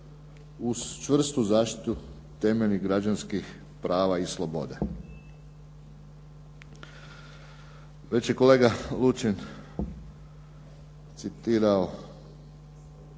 uz čvrstu zaštitu temeljnih građanskih prava i sloboda. Već je kolega Lučin citirao